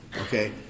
Okay